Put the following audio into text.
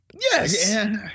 Yes